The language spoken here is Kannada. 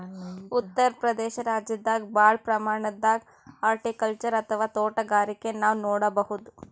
ಉತ್ತರ್ ಪ್ರದೇಶ ರಾಜ್ಯದಾಗ್ ಭಾಳ್ ಪ್ರಮಾಣದಾಗ್ ಹಾರ್ಟಿಕಲ್ಚರ್ ಅಥವಾ ತೋಟಗಾರಿಕೆ ನಾವ್ ನೋಡ್ಬಹುದ್